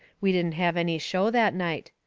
we didn't have any show that night.